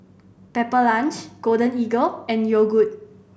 Pepper Lunch Golden Eagle and Yogood